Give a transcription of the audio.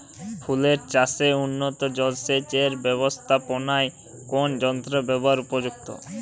ফুলের চাষে উন্নত জলসেচ এর ব্যাবস্থাপনায় কোন যন্ত্রের ব্যবহার উপযুক্ত?